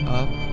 up